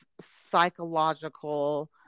psychological